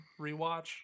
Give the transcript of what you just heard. rewatch